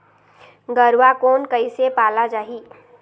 गरवा कोन कइसे पाला जाही?